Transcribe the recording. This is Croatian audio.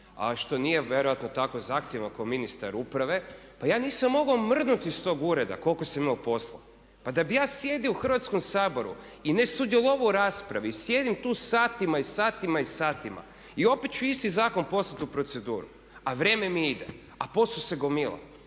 što nije vjerojatno tako zahtjevno kao ministar uprave, pa ja nisam mogao mrdnuti iz tog ureda koliko sam imao posla. Pa da bih ja sjedio u Hrvatskom saboru i ne sudjelovao u raspravi i sjedim tu satima i satima i satima i opet ću isti zakon poslati u proceduru a vrijeme mi ide, a posao se gomila.